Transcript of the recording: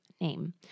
name